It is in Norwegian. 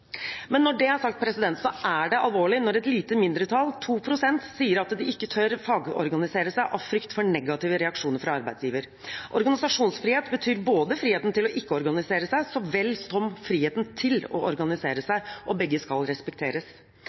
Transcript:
Men når det er sagt, er det alvorlig når et lite mindretall, 2 pst., sier at de ikke tør å fagorganisere seg av frykt for negative reaksjoner fra arbeidsgiveren. Organisasjonsfrihet betyr frihet til ikke å organisere seg så vel som frihet til å organisere seg, og begge skal respekteres.